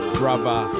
brother